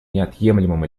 неотъемлемым